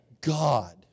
God